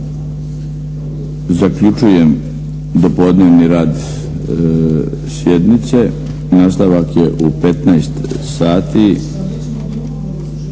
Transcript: Zaključujem dopodnevni rad sjednice. Nastavak je u 15 sati.